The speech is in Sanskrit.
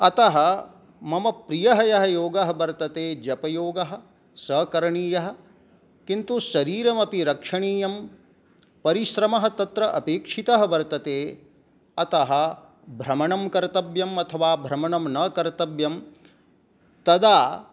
अतः ममप्रियः यः योगः वर्तते जपयोगः सः करणीयः किन्तु शरीरमपि रक्षणीयं परिश्रमः तत्र अपेक्षितः वर्तते अतः भ्रमणं कर्तव्यम् अथवा भ्रमणं न कर्तव्यं तदा